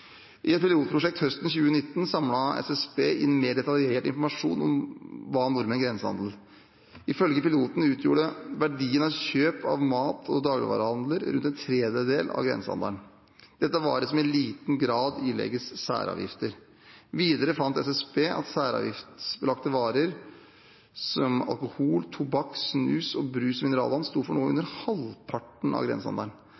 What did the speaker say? I et pilotprosjekt høsten 2019 samlet SSB inn mer detaljert informasjon om hva nordmenn grensehandler. Ifølge piloten utgjorde verdien av kjøp av mat og dagligvarehandel rundt en tredjedel av grensehandelen. Dette er varer som i liten grad ilegges særavgifter. Videre fant SSB at særavgiftsbelagte varer, som alkohol, tobakk, snus og brus/mineralvann, sto for